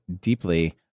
deeply